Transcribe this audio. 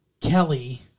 Kelly